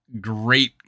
great